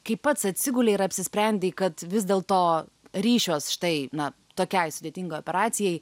kai pats atsigulei ir apsisprendei kad vis dėlto ryšiuos štai na tokiai sudėtingai operacijai